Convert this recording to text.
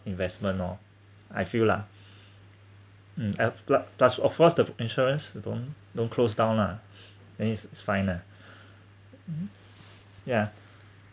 investment loh I feel lah mm I pl~ plus of course the insurance don't don't close down lah then it's it's fine lah yeah